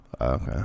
Okay